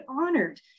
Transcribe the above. honored